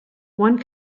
one